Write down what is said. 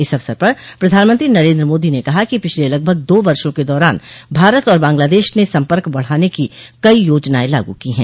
इस अवसर पर प्रधानमंत्री नरेन्द्र मोदी ने कहा कि पिछले लगभग दो वर्षो के दौरान भारत और बांग्लादेश ने सम्पर्क बढ़ाने की कई याजनाएं लागू की है